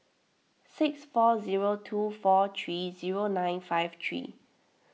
six four zero two four three zero nine five three